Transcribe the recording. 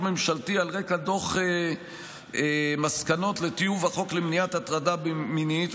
ממשלתי על רקע דוח מסקנות לטיוב החוק למניעת הטרדה מינית,